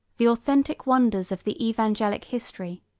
the authentic wonders of the evangelic history